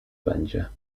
będzie